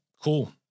cool